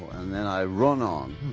and then i run on.